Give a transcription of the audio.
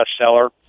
bestseller